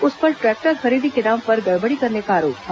उस पर ट्रैक्टर खरीदी के नाम पर गड़बडी करने का आरोप था